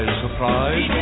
surprise